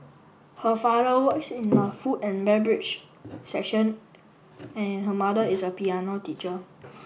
her father works in the food and beverage section and her mother is a piano teacher